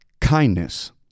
kindness